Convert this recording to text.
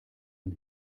ein